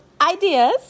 ideas